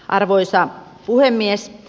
arvoisa puhemies